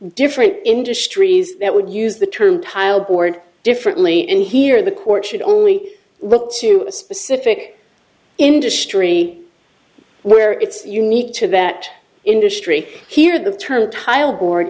different industries that would use the term tile board differently and here in the court should only look to a specific industry where it's unique to that industry here the term tile board